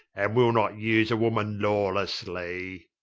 and will not use a woman lawlessly.